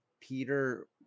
Peter